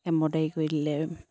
embroidery কৰি দিলে